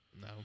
no